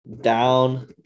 Down